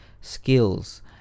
skills